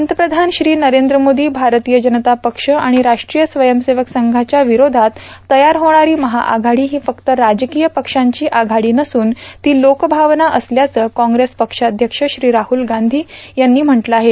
पंतप्रधान श्री नरेंद्र मोदी भारतीय जनता पक्ष आणि राष्ट्रीय स्वयंसेवक संघाच्या विरोधात तयार होणारी महाआघाडी ही फक्त राजकीय पक्षांची आघाडी नसून ती लोक भावना असल्याचं काँग्रेस पक्षाध्यक्ष श्री राहुल गांधी यांनी म्हटलं आहे